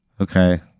okay